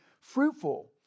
fruitful